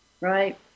Right